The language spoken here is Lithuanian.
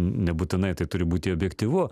nebūtinai tai turi būti objektyvu